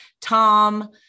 Tom